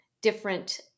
different